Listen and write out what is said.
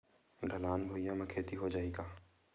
ढलान भुइयां म खेती हो जाही का?